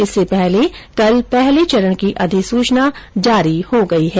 इससे पहल कल पहले चरण की अधिसूचना जारी हो गई है